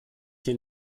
die